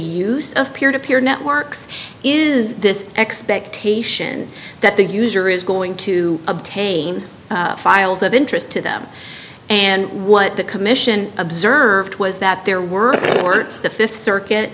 use of peer to peer networks is this expectation that the user is going to obtain files of interest to them and what the commission observed was that there were four it's the fifth circuit